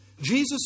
Jesus